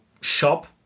shop